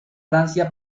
francia